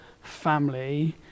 family